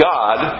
God